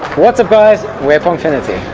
what's up guys! we are pongfinity.